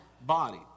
body